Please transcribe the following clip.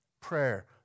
Prayer